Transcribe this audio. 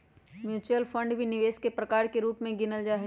mutual fund भी निवेश के प्रकार के रूप में गिनल जाहई